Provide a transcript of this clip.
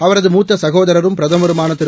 அவரது மூத்தசகோதரரும் பிரதமருமானதிரு